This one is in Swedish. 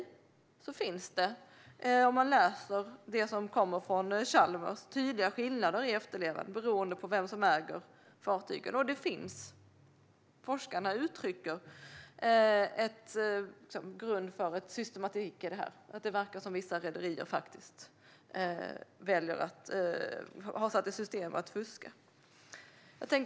Men det finns - det kan man se om man läser det som kommer från Chalmers - tydliga skillnader i efterlevnaden beroende på vem som äger fartygen. Forskarna uttrycker att det finns systematik i detta. Det verkar som att vissa rederier har satt i system att fuska.